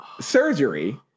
surgery